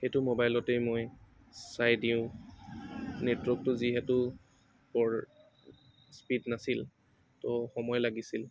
সেইটো মোবাইলতে মই চাই দিওঁ নেটৱৰ্কটো যিহেতু বৰ স্পিড নাছিল তো সময় লাগিছিল